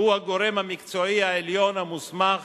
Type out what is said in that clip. שהוא הגורם המקצועי העליון המוסמך